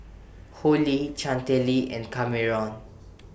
Hollie Chantelle and Kameron